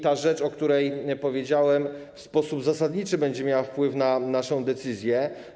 Ta rzecz, o której powiedziałem, w sposób zasadniczy będzie miała wpływ na naszą decyzję.